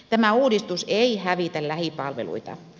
tämä uudistus ei hävitä lähipalveluita